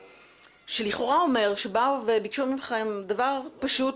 שלכאורה אומר שבאו וביקשו מכם דבר פשוט,